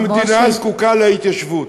המדינה זקוקה להתיישבות.